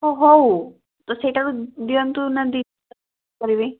ଓ ହେଉ ତ ସେଇଟାରୁ ଦିଅନ୍ତୁ ନା ଦୁଇଟା ଟେଷ୍ଟ କରିବି